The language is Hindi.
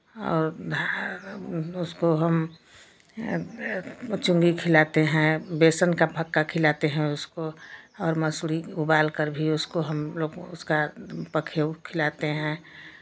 और उसको हम चुंगी खिलाते हैं बेसन का फक्का खिलाते हैं उसको और मसुरी उबाल कर भी उसको हमलोग उसका पखेव खिलाते हैं